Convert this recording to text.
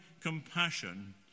compassion